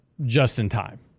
just-in-time